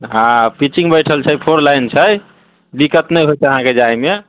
हँ पिचिङ्ग बैठल छै फोर लाइन छै दिक्कत नहि होतै अहाँकेँ जाएमे